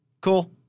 cool